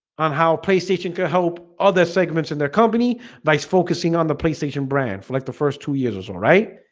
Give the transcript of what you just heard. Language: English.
on how playstation could help other segments in their company by focusing on the playstation brand for like the first two years was alright